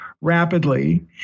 rapidly